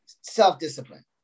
self-discipline